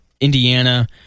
Indiana